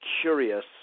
curious